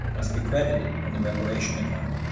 must be credited in the reparation account.